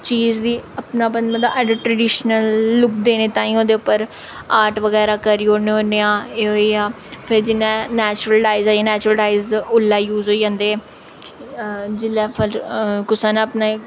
चीज दी अपनापन मतलब ऐड अ ट्रडिशनल लुक्क देने ताईं ओह्दे उप्पर आर्ट बगैरा करी ओड़ने होन्ने आं एह् होई गेआ फिर जि'यां नैचुरल डाईस आई गे नैचुरल डाईस उल्लै यूस होई जंदे जिल्लै फ कुसै ने अपने